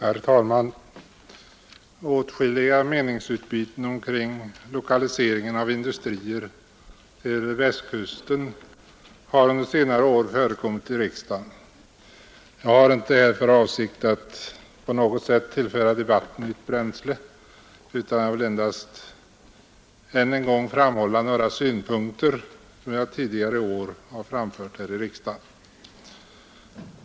Herr talman! Atskilliga meningsutbyten omkring lokaliseringen av industrier till Västkusten har under senare år förekommit i riksdagen. Jag har icke för avsikt att på något sätt tillföra debatten nytt bränsle, utan vill endast än en gång framhålla några synpunkter, som jag tidigare i är har framfört här i riksdagen.